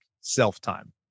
self-time